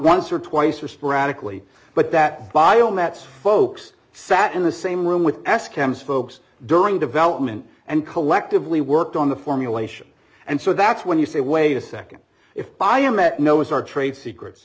once or twice or sporadically but that by all mets folks sat in the same room with us chems folks during development and collectively worked on the formulation and so that's when you say wait a second if i am at noah's ark trade secrets